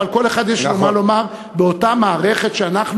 אבל כל אחד יש לו מה לומר באותה מערכת שאנחנו